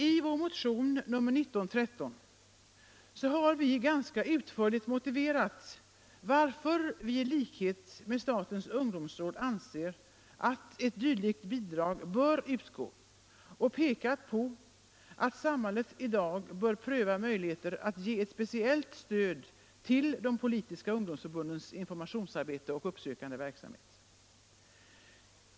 I vår motion nr 1913 har vi ganska utförligt motiverat varför vi i likhet med statens ungdomsråd anser att ett dylikt bidrag bör utgå och pekat på att samhället i dag bör pröva möjligheten att ge ett speciellt stöd till de politiska ungdomsförbundens informationsarbete och uppsökande verksamhet.